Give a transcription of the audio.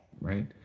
right